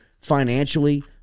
financially